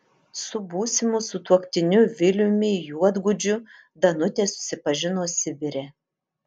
su būsimu sutuoktiniu viliumi juodgudžiu danutė susipažino sibire